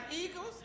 eagles